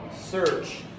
search